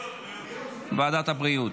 לוועדת הבריאות.